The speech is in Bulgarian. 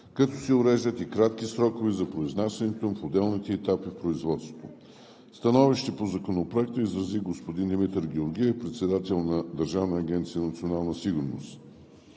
като се уреждат и кратки срокове за произнасянето им в отделните етапи в производството. Становище по Законопроекта изрази г-н Димитър Георгиев – председател на Държавната агенция „Национална сигурност“.